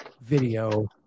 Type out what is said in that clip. video